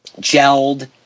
gelled